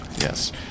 Yes